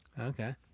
Okay